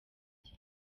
ajya